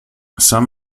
some